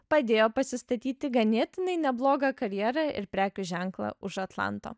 padėjo pasistatyti ganėtinai neblogą karjerą ir prekių ženklą už atlanto